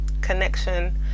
connection